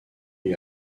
lui